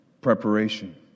preparation